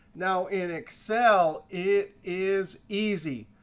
now in excel, it is easy.